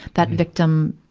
that victim,